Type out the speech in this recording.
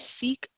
seek